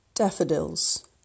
Daffodils